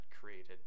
created